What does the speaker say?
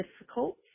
difficult